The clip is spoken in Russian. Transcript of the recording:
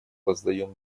воздаем